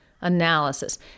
analysis